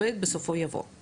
אז בוא תחזור עוד פעם, בבקשה.